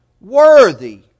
worthy